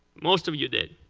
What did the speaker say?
most of you did.